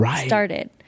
started